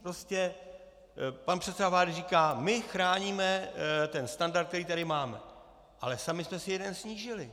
Prostě pan předseda vlády říká, my chráníme standard, který tady máme, ale sami jsme si jeden snížili.